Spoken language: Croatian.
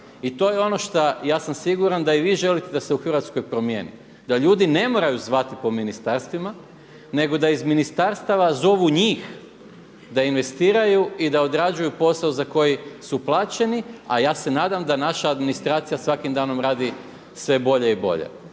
I to je ono šta, ja sam siguran da i vi želite da se u Hrvatskoj promijeni, da ljudi ne moraju zvati po ministarstvima, nego da iz ministarstava zovu njih da investiraju i da odrađuju posao za koji su plaćeni, a ja se nadam da naša administracija svakim danom radi sve bolje i bolje.